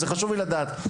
חשוב לי לדעת זאת.